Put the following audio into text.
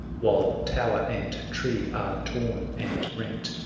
while tower and tree are torn and rent,